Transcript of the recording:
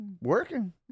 Working